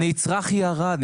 הנצרך ירד.